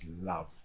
love